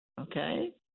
Okay